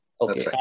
Okay